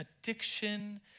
addiction